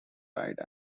ride